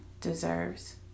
deserves